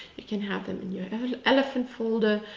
you can have them in your elephant folder,